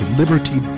liberty